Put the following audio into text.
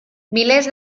milers